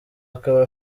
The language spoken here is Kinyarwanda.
akaba